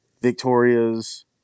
Victoria's